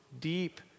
deep